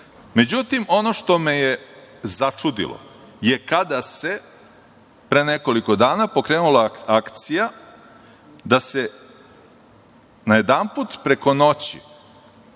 ono što me je začudilo, kada se pre nekoliko dana pokrenula akcija da se, najedanput preko noći,